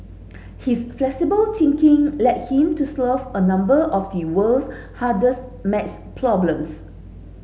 his flexible thinking led him to a number of the world's hardest maths problems